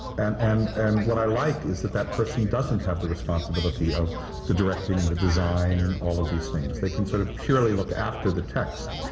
and and and what i like is that that person doesn't have the responsibility of the directing, and the design, and all of these things. they can sort of purely look after the text.